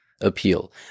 appeal